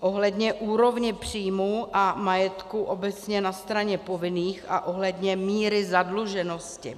ohledně úrovně příjmu a majetku obecně na straně povinných a ohledně míry zadluženosti.